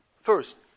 First